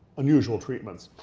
unusual treatments.